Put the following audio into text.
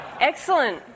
Excellent